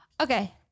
Okay